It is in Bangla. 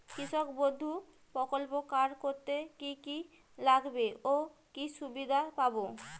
কৃষক বন্ধু প্রকল্প কার্ড করতে কি কি লাগবে ও কি সুবিধা পাব?